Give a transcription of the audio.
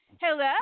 Hello